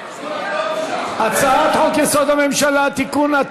הצעת חוק-יסוד: הממשלה (תיקון,